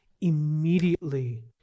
immediately